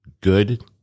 good